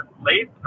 late